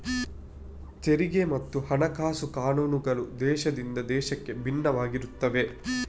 ತೆರಿಗೆ ಮತ್ತು ಹಣಕಾಸು ಕಾನೂನುಗಳು ದೇಶದಿಂದ ದೇಶಕ್ಕೆ ಭಿನ್ನವಾಗಿರುತ್ತವೆ